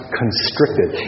constricted